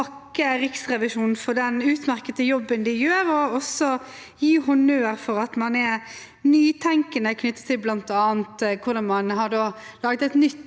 takke Riksrevisjonen for den utmerkede jobben de gjør, og gi honnør for at man er nytenkende knyttet til bl.a. hvordan man har laget et nytt